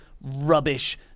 rubbish